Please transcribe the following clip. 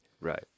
Right